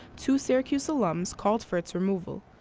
two syracuse alums, called for its removal.